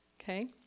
Okay